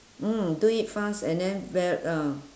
mm do it fast and then ve~ ah